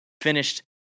finished